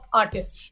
artists